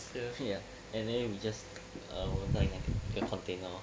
ya and then we just uh water again in a container lor